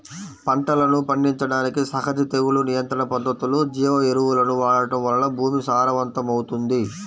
పంటలను పండించడానికి సహజ తెగులు నియంత్రణ పద్ధతులు, జీవ ఎరువులను వాడటం వలన భూమి సారవంతమవుతుంది